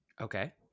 Okay